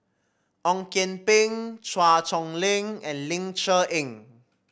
Ong Kian Peng Chua Chong Long and Ling Cher Eng